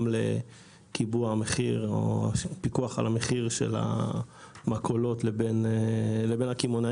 גם לקיבוע המחיר או פיקוח על מחיר המכולות לבין הקמעונאים,